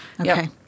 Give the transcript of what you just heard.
Okay